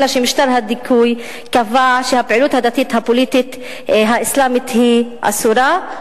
משטר הדיכוי קבע שהפעילות הדתית הפוליטית האסלאמית היא אסורה.